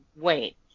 wait